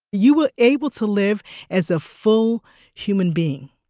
you were able to live as a full human being.